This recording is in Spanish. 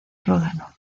ródano